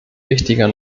wichtiger